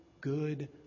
good